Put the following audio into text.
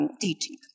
teaching